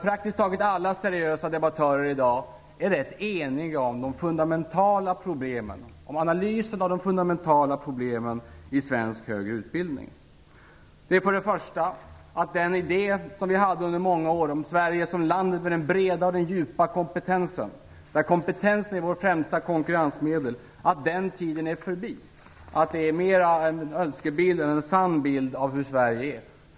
Praktiskt taget alla seriösa debattörer är i dag rätt eniga om analysen av de fundamentala problemen i svensk högre utbildning. För det första är tiden nu förbi för den idé som vi under många år hade om Sverige som landet med den breda och djupa kompetensen och om att kompetensen var vårt främsta konkurrensmedel. Det är mera en önskebild än en sann bild av hur Sverige ser ut.